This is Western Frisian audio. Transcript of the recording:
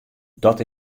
dat